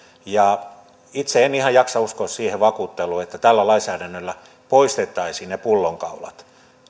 itse en ihan jaksa uskoa siihen vakuutteluun että tällä lainsäädännöllä poistettaisiin ne pullonkaulat